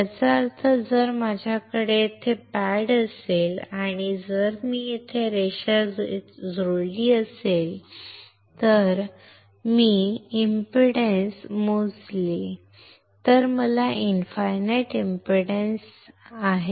याचा अर्थ जर माझ्याकडे येथे पॅड असेल आणि जर मी ही रेषा येथे जोडली असेल आणि जर मी ट इंपीडन्स मोजली तर मला इनफायनाईट इंपीडन्स आहे